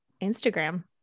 Instagram